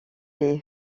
les